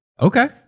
Okay